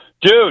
Dude